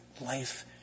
life